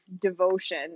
devotion